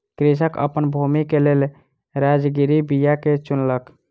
कृषक अपन भूमि के लेल राजगिरा बीया के चुनलक